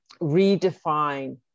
redefine